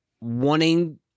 wanting